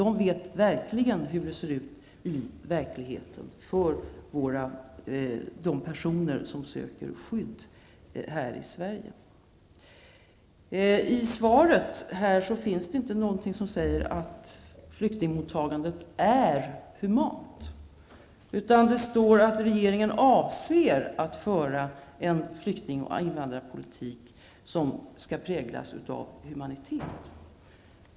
De vet verkligen hur det ser ut i verkligheten för de personer som söker skydd här i Det finns inget i svaret som säger att flyktingmottagandet är humant. Det står att regeringen avser att föra en flykting och invandrarpolitik som skall präglas av humanitet.